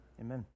Amen